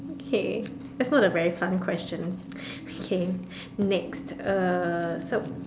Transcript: okay that's not a very fun question okay next uh so